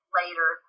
later